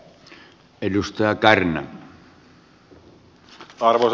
arvoisa puhemies